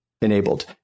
enabled